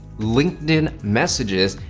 linkedin messages,